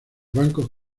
bancos